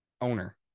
owner